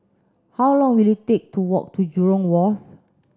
how long will it take to walk to Jurong Wharf